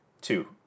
Two